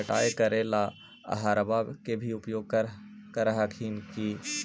पटाय करे ला अहर्बा के भी उपयोग कर हखिन की?